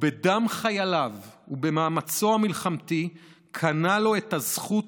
ובדם חייליו ובמאמצו המלחמתי קנה לו את הזכות